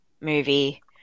movie